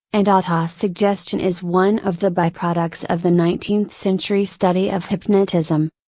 and autosuggestion is one of the by products of the nineteenth century study of hypnotism.